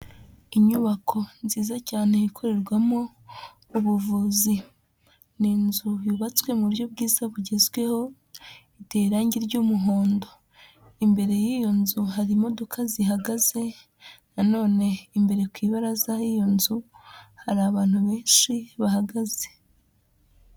Inyubako nziza cyane ikorerwamo ubuvuzi. Ni inzu yubatswe mu buryo bwiza bugezweho iteye irangi ry'umuhondo. Imbere y'iyo nzu hari imodoka zihagaze nanone imbere ku ibaraza h'iyo nzu hari abantu benshi bahagaze.